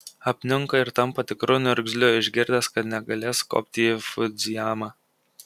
apniunka ir tampa tikru niurzgliu išgirdęs kad negalės kopti į fudzijamą